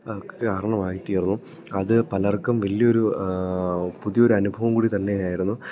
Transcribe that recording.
കാരണമായിത്തീർന്നു അതു പലർക്കും വലിയൊരു പുതിയൊരു അനുഭവം കൂടി തന്നെയായിരുന്നു